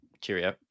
Cheerio